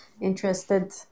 interested